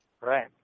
Right